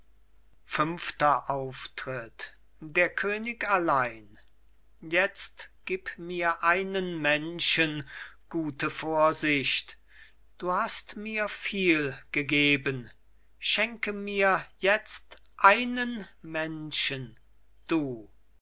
fünfter auftritt der könig allein könig jetzt gib mir einen menschen gute vorsicht du hast mir viel gegeben schenke mir jetzt einen menschen du